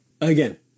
Again